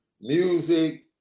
music